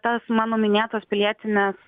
tas mano minėtos pilietinės